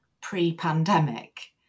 pre-pandemic